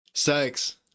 Sex